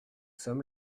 sommes